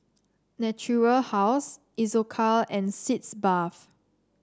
Natura House Isocal and Sitz Bath